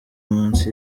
munsi